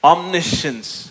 Omniscience